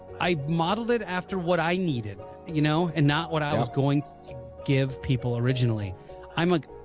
i modeled it after what i needed you know and not what i was going to give people originally i'm like,